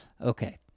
Okay